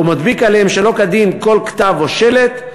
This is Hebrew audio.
או מדביק עליהם שלא כדין כל כתב או שלט,